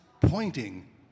pointing